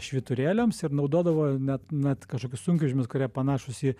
švyturėliams ir naudodavo net net kažkokius sunkvežimius kurie panašūs į